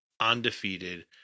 undefeated